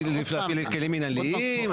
להפעיל כלים מנהליים,